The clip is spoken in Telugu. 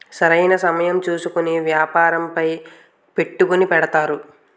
సరైన సమయం చూసుకొని వ్యాపారంపై పెట్టుకుని పెడతారు